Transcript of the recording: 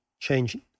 changing